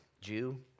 Jew